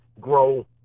grow